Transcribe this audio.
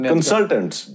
Consultants